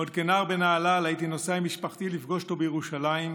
עוד כנער בנהלל הייתי נוסע עם משפחתי לפגוש אותו בירושלים,